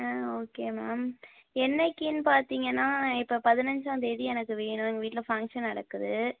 ஆ okay ma'am என்றைக்கின்னு பார்த்தீங்கனா இப்போ பதினைஞ்சாந்தேதி எனக்கு வேணும் எங்கள் வீட்டில் ஃபங்க்ஷன் நடக்குது